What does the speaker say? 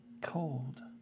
cold